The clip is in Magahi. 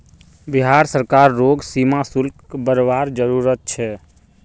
बिहार सरकार रोग सीमा शुल्क बरवार जरूरत छे